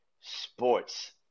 sports